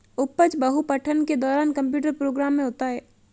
उपज बहु पठन के दौरान कंप्यूटर प्रोग्राम में होता है